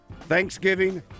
Thanksgiving